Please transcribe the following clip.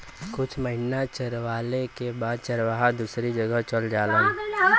कुछ महिना चरवाले के बाद चरवाहा दूसरी जगह चल जालन